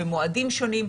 במועדים שונים.